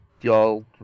y'all